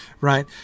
right